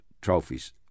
trophies